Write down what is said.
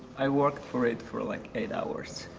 i work for it for like eight hours.